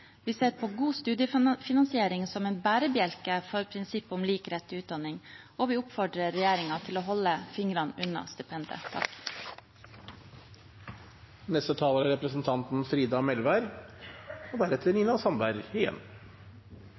vi ser på god studiefinansiering som en bærebjelke for prinsippet om lik rett til utdanning, og vi oppfordrer regjeringen til å holde fingrene unna stipendet.